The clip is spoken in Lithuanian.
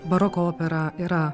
baroko opera yra